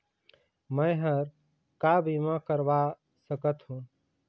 मैं हर का बीमा करवा सकत हो?